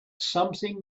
something